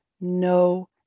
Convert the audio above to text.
no